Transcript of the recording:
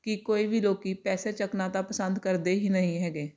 ਕਿ ਕੋਈ ਵੀ ਲੋਕ ਪੈਸੇ ਚੁੱਕਣਾ ਤਾਂ ਪਸੰਦ ਕਰਦੇ ਹੀ ਨਹੀਂ ਹੈਗੇ